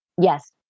Yes